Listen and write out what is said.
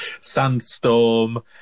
Sandstorm